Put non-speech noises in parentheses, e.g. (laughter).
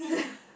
(laughs)